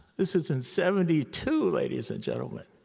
this is in seventy two, ladies and gentlemen.